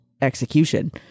execution